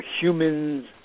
humans